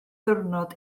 ddiwrnod